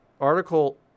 article